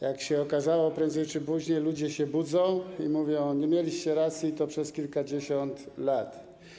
Jak się okazało, prędzej czy później ludzie się budzą i mówią: nie mieliście racji, i to przez kilkadziesiąt lat.